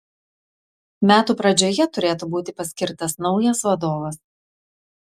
metų pradžioje turėtų būti paskirtas naujas vadovas